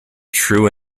true